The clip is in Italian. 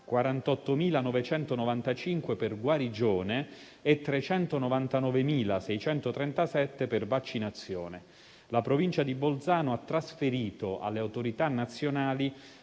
48.995 per guarigione e 399.637 per vaccinazione. La Provincia di Bolzano ha trasferito alle autorità nazionali